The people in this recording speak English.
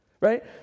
right